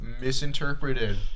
misinterpreted